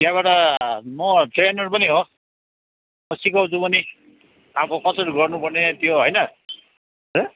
त्यहाँबाट म ट्रेनर पनि हो म सिकाउँछु पनि अब कसरी गर्नुपर्ने त्यो होइन